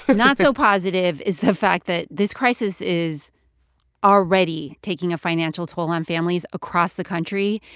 but not so positive is the fact that this crisis is already taking a financial toll on families across the country.